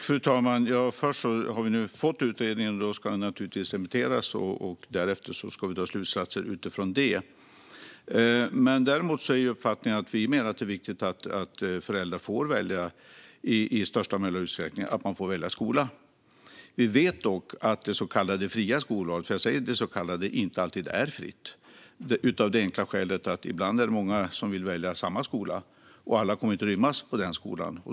Fru talman! Vi har nu fått utredningen, och den ska naturligtvis remitteras. Därefter ska vi dra slutsatser utifrån detta. Vi menar att det är viktigt att föräldrar i största möjliga utsträckning får välja skola. Vi vet dock att det så kallade fria skolvalet - jag säger "det så kallade" - inte alltid är fritt av det enkla skälet att det ibland är många som vill välja samma skola, och alla kommer inte att rymmas på skolan.